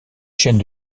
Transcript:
chaînes